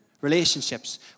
Relationships